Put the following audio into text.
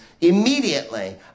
immediately